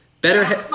Better